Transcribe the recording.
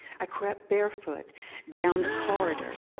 i crept barefoot down the corridor,